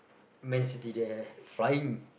man-city there find